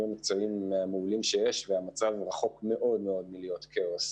המקצועיים מהמעולים שיש והמצב הוא רחוק מאוד מאוד מלהיות כאוס.